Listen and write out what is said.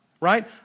right